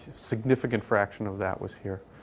significant fraction of that was here.